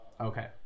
Okay